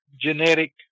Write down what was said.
genetic